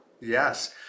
Yes